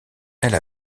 elle